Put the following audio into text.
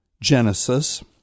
Genesis